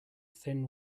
thin